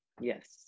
yes